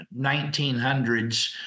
1900s